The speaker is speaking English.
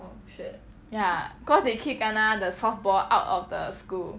ya cause they keep kena the softball out of the school